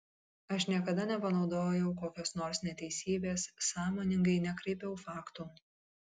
aš niekada nepanaudojau kokios nors neteisybės sąmoningai nekraipiau faktų